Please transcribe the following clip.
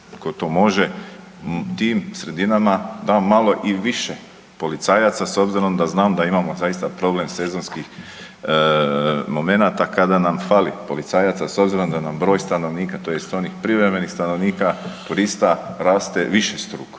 ko to može tim sredinama da malo i više policajaca s obzirom da znam da imamo zaista problem sezonskih momenata kada nam fali policajaca s obzirom da nam broj stanovnika tj. onih privremenih stanovnika turista raste višestruko.